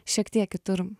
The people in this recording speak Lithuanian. šiek tiek kitur